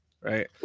right